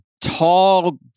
tall